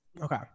Okay